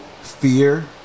fear